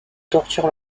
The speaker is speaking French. torture